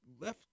left